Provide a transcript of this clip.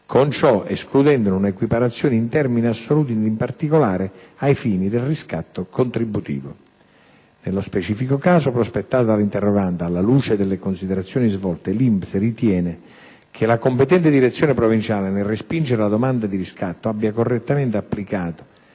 con ciò escludendone una equiparazione in termini assoluti ed in particolare ai fini del riscatto contributivo. Nello specifico caso prospettato dall'interrogante, alla luce delle considerazioni svolte, l'INPS ritiene che la competente direzione provinciale, nel respingere la domanda di riscatto, abbia correttamente applicato